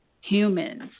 humans